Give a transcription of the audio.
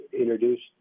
introduced